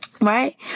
right